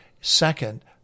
Second